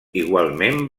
igualment